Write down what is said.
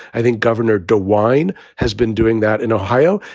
i think governor dewine has been doing that in ohio.